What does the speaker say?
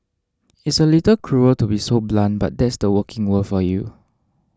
it's a little cruel to be so blunt but that's the working world for you